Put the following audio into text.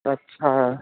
ਅੱਛਾ